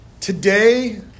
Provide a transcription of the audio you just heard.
today